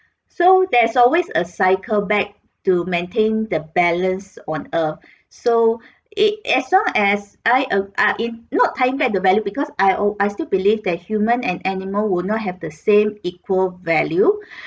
so there is always a cycle back to maintain the balance on earth so it as long as I uh ah it not tying back the value because I al~ I still believe that human and animal would not have the same equal value